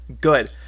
Good